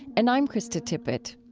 and i'm krista tippett